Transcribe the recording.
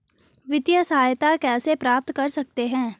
वित्तिय सहायता कैसे प्राप्त कर सकते हैं?